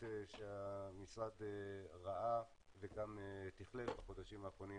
שהמשרד ראה וגם תיכלל בחודשים האחרונים,